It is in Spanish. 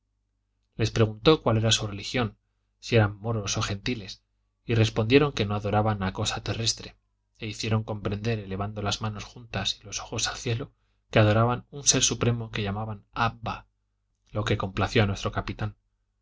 les preguntó cuál era su religión si eran moros o gentiles y respondieron que no adoraban a cosa terrestre e hiciéronle comprender elevando las manos juntas y los ojos al cielo que adoraban a un ser supremo que llamaban abba lo que complació a nuestro capitán